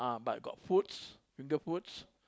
but got foods finger foods